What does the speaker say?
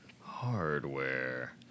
hardware